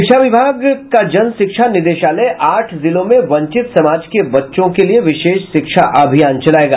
शिक्षा विभाग के जनशिक्षा निदेशालय आठ जिलों में वंचित समाज के बच्चों के लिए विशेष शिक्षा अभियान चलायेगा